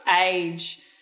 age